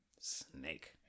snake